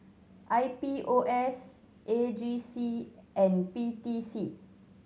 I P O S A G C and P T C